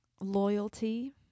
Loyalty